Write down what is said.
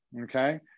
okay